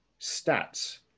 stats